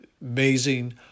amazing